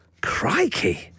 crikey